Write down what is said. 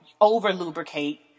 over-lubricate